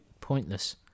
pointless